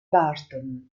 burton